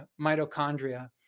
mitochondria